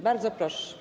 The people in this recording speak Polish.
Bardzo proszę.